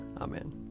Amen